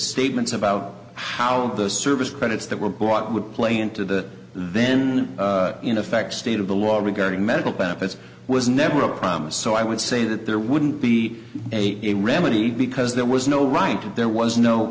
statements about how the service credits that were bought would play into that then in effect state of the law regarding medical benefits was never a promise so i would say that there wouldn't be a remedy because there was no right to it there was no